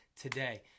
today